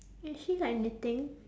is she like knitting